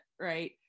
right